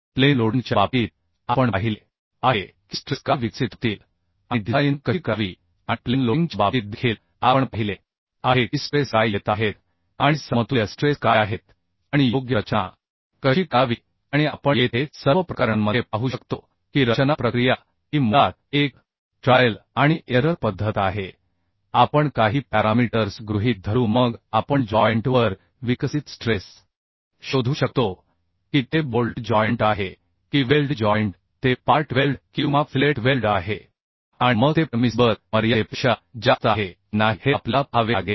plain लोडिंगच्या बाबतीत आपण पाहिले आहे की स्ट्रेस काय विकसित होतील आणि डिझाइन कशी करावी आणि प्लेन लोडिंगच्या बाबतीत देखील आपण पाहिले आहे की स्ट्रेस काय येत आहेत आणि समतुल्य स्ट्रेस काय आहेत आणि योग्य रचना कशी करावी आणि आपण येथे सर्व प्रकरणांमध्ये पाहू शकतो की रचना प्रक्रिया ही मुळात एक ट्रायल आणि एरर पद्धत आहे आपण काही पॅरामीटर्स गृहीत धरू मग आपण जॉइंट वर विकसित स्ट्रेस शोधू शकतो की ते बोल्ट जॉइंट आहे की वेल्ड जॉइंट ते पार्ट वेल्ड किंवा फिलेट वेल्ड आहे आणि मग ते परमिसिबल मर्यादेपेक्षा जास्त आहे की नाही हे आपल्याला पाहावे लागेल